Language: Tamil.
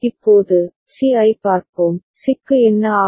இப்போது சி ஐப் பார்ப்போம் சிக்கு என்ன ஆகும்